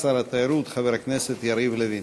שר התיירות חבר הכנסת יריב לוין.